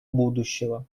будущего